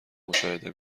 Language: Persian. مشاهده